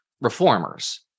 reformers